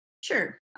sure